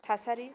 थासारि